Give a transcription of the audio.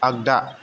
आगदा